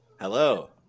Hello